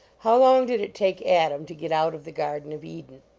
how long did it take adam to get out of the garden of eden?